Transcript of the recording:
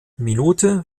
minute